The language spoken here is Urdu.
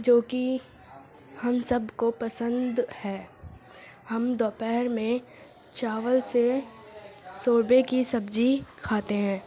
جوکہ ہم سب کو پسند ہے ہم دوپہر میں چاول سے شوربے کی سبزی کھاتے ہیں